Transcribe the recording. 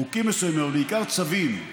חוקים מסוימים אבל בעיקר צווים,